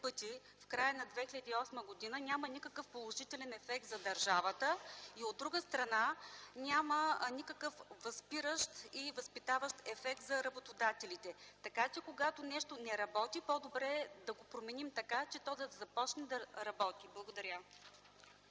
пъти в края на 2008 г., няма никакъв положителен ефект за държавата и, от друга страна, няма никакъв възпиращ и възпитаващ ефект за работодателите. Когато нещо не работи, по-добре е да го променим така, че то да започне да работи. Благодаря